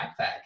backpack